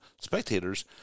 spectators